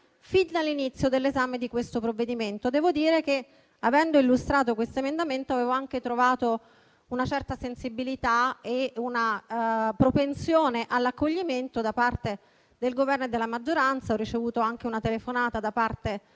fin dall'inizio dell'esame di questo provvedimento. Devo dire che, avendo illustrato questo emendamento, avevo anche trovato una certa sensibilità e una propensione all'accoglimento da parte del Governo e della maggioranza e ho ricevuto anche una telefonata da parte